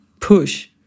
push